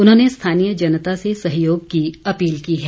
उन्होंने स्थानीय जनता से सहयोग की अपील की है